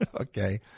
Okay